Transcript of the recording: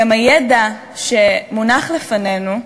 גם הידע שמונח לפנינו,